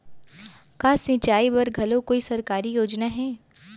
का सिंचाई बर घलो कोई सरकारी योजना हे?